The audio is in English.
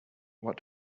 what